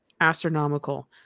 astronomical